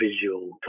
visual